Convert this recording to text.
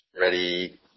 Ready